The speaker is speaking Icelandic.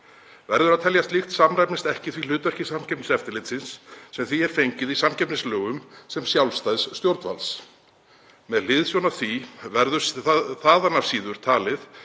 Verður að telja að slíkt samræmist ekki því hlutverki Samkeppniseftirlitsins sem því er fengið í samkeppnislögum sem sjálfstæðs stjórnvalds. Með hliðsjón af því verður þaðan af síður talið